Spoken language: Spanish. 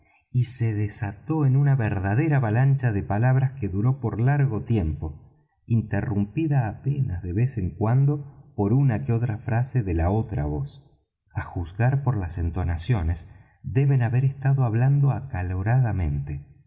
y se desató en una verdadera avalancha de palabras que duró por largo tiempo interrumpida apenas de vez en cuando por una que otra frase de la otra voz á juzgar por las entonaciones deben haber estado hablando